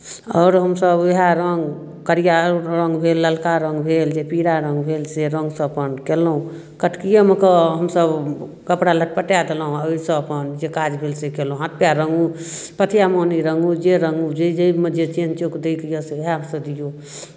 आओर हमसभ उएह रङ्ग करिआ रङ्ग भेल ललका रङ्ग भेल जे पीरा रङ्ग भेल से रङ्गसँ अपन कएलहुँ कटकिएमे कऽ हमसभ कपड़ा लटपटाए देलहुँ आ ओहिसँ अपन जे काज भेल से कएलहुँ हाथ पएर रङ्गू पथिआ मौनी रङ्गू जे रङ्गू जाहिमे जे चेन्ह चोक दइके यए से उएहसँ दियौ